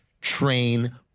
train